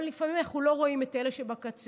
אבל לפעמים אנחנו לא רואים את אלה שבקצה,